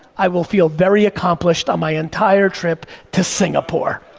i will feel very accomplished on my entire trip to singapore.